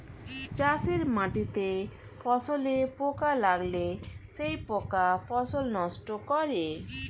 চাষের মাটিতে ফসলে পোকা লাগলে সেই পোকা ফসল নষ্ট করে